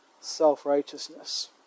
self-righteousness